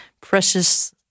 precious